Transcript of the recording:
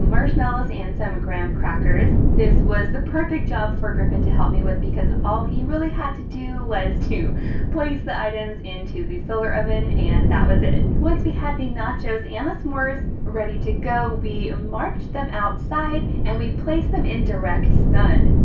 marshmallows, and some graham crackers. this was the perfect job for griffin to help me with because all he really had to do, was to place the items into the solar oven, and that was it. once we had the nachos and the s'mores, ready to go we marched them outside, and we placed them in direct sun.